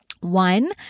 one